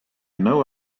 know